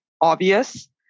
obvious